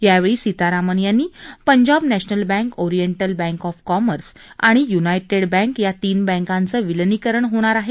यावेळी सीतारामन यांनी Punjab national bank oriental bank of commerce आणि युनायटेड बँक या तीन बँकांचं विलीनीकरण होणार आहे